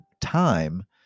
time